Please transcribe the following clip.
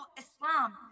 Islam